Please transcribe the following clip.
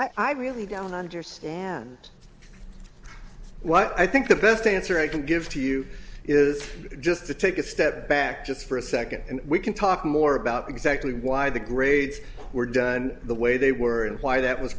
mistake i really don't understand what i think the best answer i can give to you is just to take a step back just for a second and we can talk more about exactly why the grades were done the way they were and why that was